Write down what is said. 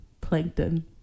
Plankton